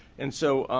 and so,